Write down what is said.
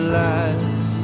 lies